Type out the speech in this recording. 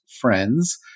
friends